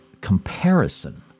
comparison